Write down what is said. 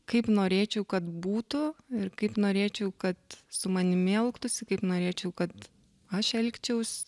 kaip norėčiau kad būtų ir kaip norėčiau kad su manimi elgtųsi kaip norėčiau kad aš elgčiaus